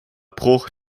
bruch